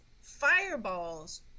fireballs